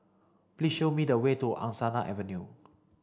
please show me the way to Angsana Avenue